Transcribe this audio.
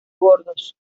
gordos